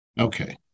Okay